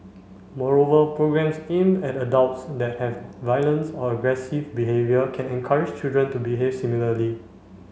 moreover programmes aimed at adults that have violence or aggressive behaviour can encourage children to behave similarly